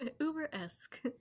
uber-esque